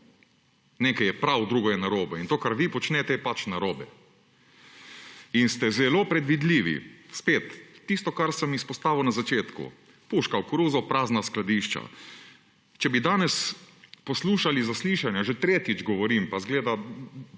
Nekaj je prav, drugo je narobe. In to, kar vi počnete, je pač narobe. In ste zelo predvidljivi. Spet! Tisto, kar sem izpostavil na začetku: puško v koruzo, prazna skladišča. Če bi danes poslušali zaslišanja, že tretjič govorim, pa zgleda